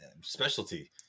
specialty